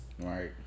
Right